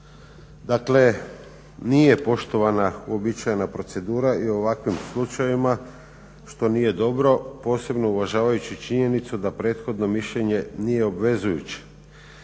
Dakle, nije poštovana uobičajena procedura i u ovakvim slučajevima, što nije dobro, posebno uvažavajući činjenicu da prethodno mišljenje nije obvezujuće.